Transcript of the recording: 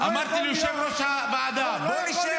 לא יכול להיות שאנחנו מתווכחים --- אמרתי ליושב-ראש הוועדה: בואו נשב,